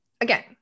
again